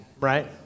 Right